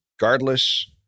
regardless